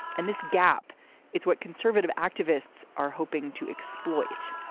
and this gap is what conservative activists are hoping to exploit.